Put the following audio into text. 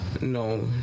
no